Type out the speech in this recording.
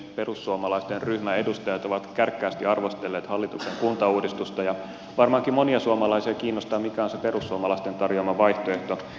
perussuomalaisten ryhmän edustajat ovat kärkkäästi arvostelleet hallituksen kuntauudistusta ja varmaankin monia suomalaisia kiinnostaa mikä on se perussuomalaisten tarjoama vaihtoehto